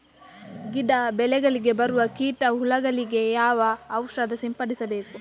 ಗಿಡ, ಬೆಳೆಗಳಿಗೆ ಬರುವ ಕೀಟ, ಹುಳಗಳಿಗೆ ಯಾವ ಔಷಧ ಸಿಂಪಡಿಸಬೇಕು?